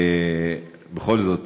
בכל זאת,